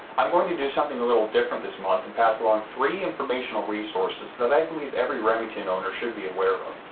i'm going to do something a little different this month and pass along three informational resources that i believe every remington owner should be aware of.